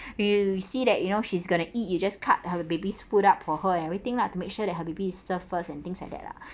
you will see that you know she's gonna eat you just cut her baby's food up for her and everything lah to make sure that her baby is served first and things like that lah